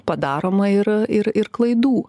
padaroma ir ir ir klaidų